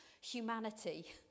humanity